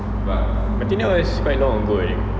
I think that was quite long ago already